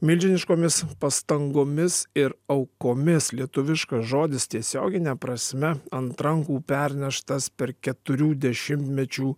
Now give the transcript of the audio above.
milžiniškomis pastangomis ir aukomis lietuviškas žodis tiesiogine prasme ant rankų perneštas per keturių dešimtmečių